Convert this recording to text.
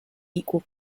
equal